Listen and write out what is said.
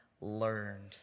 learned